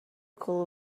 cool